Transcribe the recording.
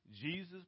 Jesus